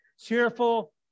cheerful